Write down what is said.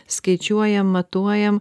skaičiuojam matuojam